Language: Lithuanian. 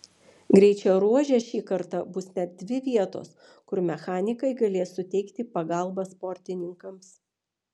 greičio ruože šį kartą bus net dvi vietos kur mechanikai galės suteikti pagalbą sportininkams